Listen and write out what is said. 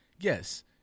yes